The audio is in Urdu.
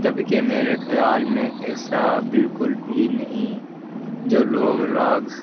جبکہ میرے خیال میں ایسا بالکل بھی نہیں جو لوگ راگ